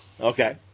okay